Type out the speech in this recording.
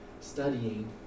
studying